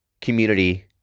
community